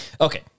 Okay